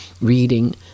reading